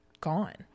gone